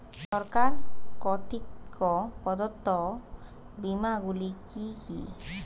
সরকার কর্তৃক প্রদত্ত বিমা গুলি কি কি?